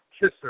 kisser